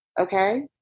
okay